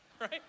right